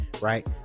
Right